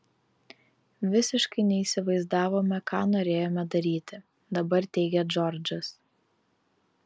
visiškai neįsivaizdavome ką norėjome daryti dabar teigia džordžas